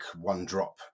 one-drop